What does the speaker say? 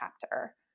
chapter